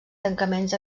tancaments